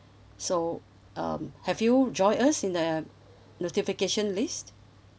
so um have you join us in notification list